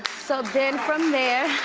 so then from there,